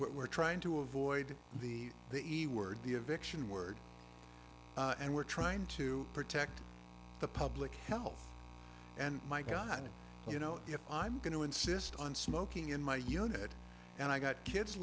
we're trying to avoid the the e word the eviction word and we're trying to protect the public health and my god you know if i'm going to insist on smoking in my unit and i got kids